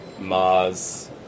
Mars